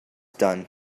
done